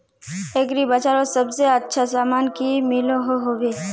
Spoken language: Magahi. एग्री बजारोत सबसे अच्छा सामान की मिलोहो होबे?